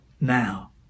now